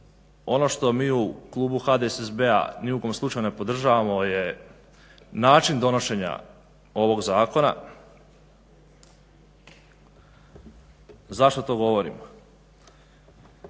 ono što mi u klubu HDSSB-a ni u kom slučaju ne podržavamo je način donošenja ovog zakona. Zašto to govorim?